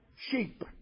sheep